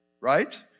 right